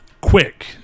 quick